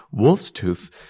Wolfstooth